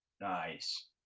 nice